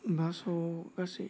बासाव गासै